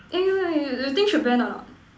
eh wait wait wait you think should ban or not